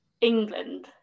England